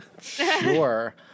Sure